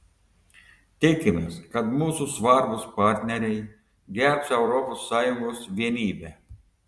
tikimės kad mūsų svarbūs partneriai gerbs europos sąjungos vienybę